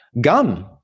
Gum